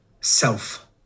self